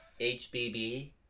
HBB